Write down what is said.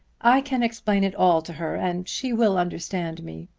i can explain it all to her and she will understand me.